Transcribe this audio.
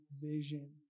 vision